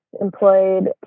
employed